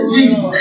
Jesus